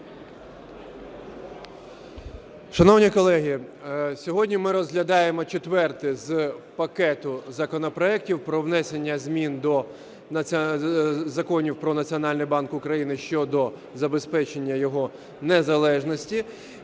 Шановні колеги, сьогодні ми розглядаємо четвертий з пакету законопроектів про внесення змін до законів про Національний банк України щодо забезпечення його незалежності